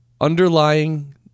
Underlying